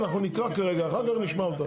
אנחנו נקרא כרגע, אחר כך נשמע אותה.